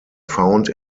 found